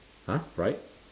ha right